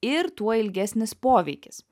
ir tuo ilgesnis poveikis